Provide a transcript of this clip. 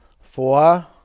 Four